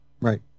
Right